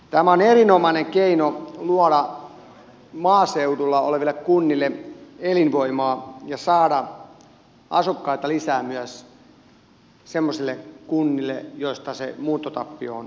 tämä on erinomainen keino luoda maaseudulla oleville kunnille elinvoimaa ja saada asukkaita lisää myös semmoisille kunnille joissa se muuttotappio on voimakasta